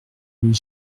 huit